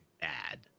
bad